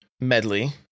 medley